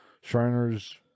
Shriner's